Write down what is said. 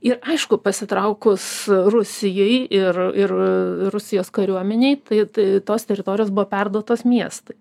ir aišku pasitraukus rusijai ir ir rusijos kariuomenei tai tai tos teritorijos buvo perduotos miestui